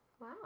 Wow